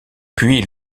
puis